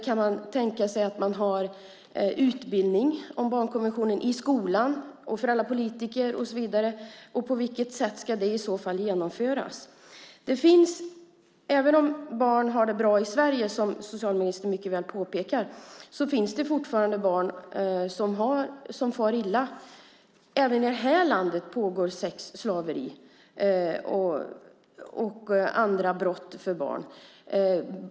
Kan man tänka sig att ha utbildning om barnkonventionen i skolan, för alla politiker och så vidare? På vilket sätt ska det i så fall genomföras? Även om barn har det bra i Sverige, som socialministern mycket riktigt påpekar, finns det fortfarande barn som far illa. Även i det här landet pågår sexslaveri och andra brott mot barn.